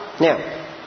Now